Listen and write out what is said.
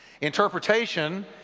Interpretation